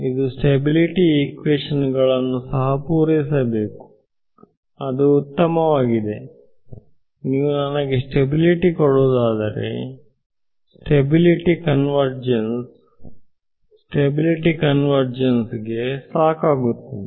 ಇದು ಸ್ಟೆಬಿಲಿಟಿ ಹಿಕ್ವಿಷನ್ ಗಳನ್ನು ಸಹ ಪೂರೈಸಬೇಕು ಅದು ಉತ್ತಮವಾಗಿದೆನೀವು ನನಗೆ ಸ್ಟೆಬಿಲಿಟಿ ಕೊಡುವುದಾದರೆ ಸ್ಟಬಿಲ್ಟಿ ಕನ್ವರ್ಜೆನ್ಸ್ ಇಗೆ ಸಾಕಾಗುತ್ತದೆ